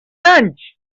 lunch